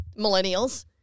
millennials